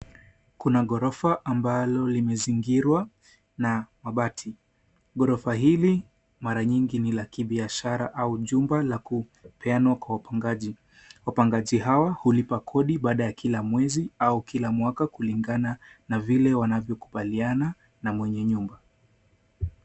Kuna ghorofa ambalo limezingirwa na mabati. Ghorofa hili mara nyingi ni la kibiashara au jumba la kupeanwa kwa wapangaji. Wapangaji hawa hulipa kodi baada ya kila mwezi au kila mwaka kulingana na vile wanavyokubaliana na mwenye nyumba.